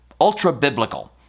ultra-biblical